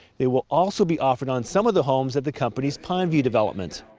they will also be offered on some of the homes at the company's pine view development.